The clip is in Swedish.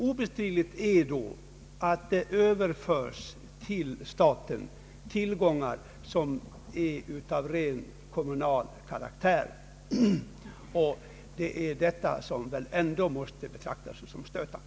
Obestridligt är att till staten överförs tillgångar som är av rent kommunal karaktär. Detta måste väl ändå betraktas som stötande.